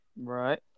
Right